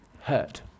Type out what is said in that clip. hurt